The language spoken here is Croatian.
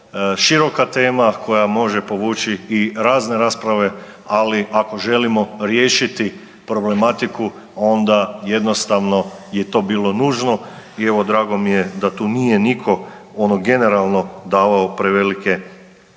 široka tema koja može povući i razne rasprave, ali ako želimo riješiti problematiku onda jednostavno to je bilo nužno. I evo drago mi je da tu nije nitko, ono generalno davao prevelike kritike.